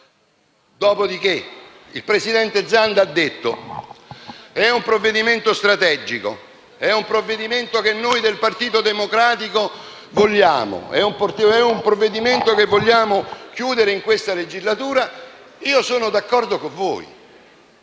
Dopo di che il Presidente Zanda ha detto che è un provvedimento strategico che gli esponenti del Partito Democratico vogliano e intendano chiudere in questa legislatura. Sono d'accordo con voi.